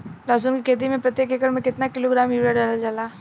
लहसुन के खेती में प्रतेक एकड़ में केतना किलोग्राम यूरिया डालल जाला?